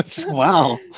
wow